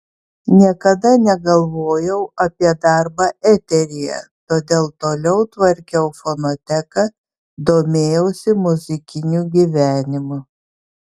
niekada negalvojau apie darbą eteryje todėl toliau tvarkiau fonoteką domėjausi muzikiniu gyvenimu